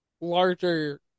larger